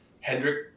Hendrik